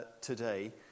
today